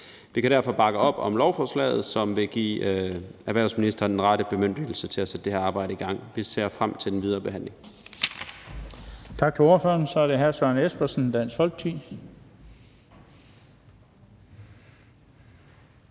Vi kan derfor bakke op om lovforslaget, som vil give erhvervsministeren den rette bemyndigelse til at sætte det her arbejde i gang. Vi ser frem den videre behandling.